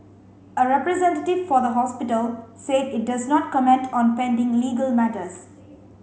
a representative for the hospital said it does not comment on pending legal matters